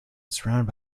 surrounded